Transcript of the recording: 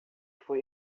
foi